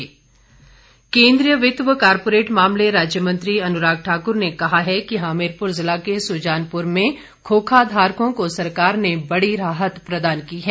अनुराग ठाकुर केंद्रीय वित्त व कॉरपोरेट मामले राज्य मंत्री अनुराग ठाकुर ने कहा है कि हमीरपुर जिला के सुजानपुर में खोखाधारकों को सरकार ने बड़ी राहत प्रदान की है